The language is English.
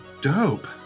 Dope